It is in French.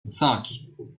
cinq